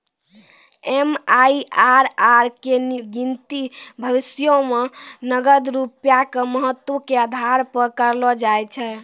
MIRR के गिनती भविष्यो मे नगद रूपया के महत्व के आधार पे करलो जाय छै